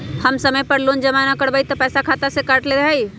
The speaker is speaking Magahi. जब समय पर लोन जमा न करवई तब खाता में से पईसा काट लेहई?